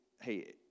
hey